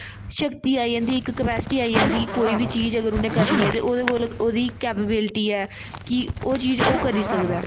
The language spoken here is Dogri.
शक्ति आई जंदी इक कपैस्टी आई जंदी कोई बी चीज अगर उ'नें करनी ऐ ओह्दे कोल ओह्दी केपैबिलटी ऐ कि ओह् चीज ओह् करी सकदा ऐ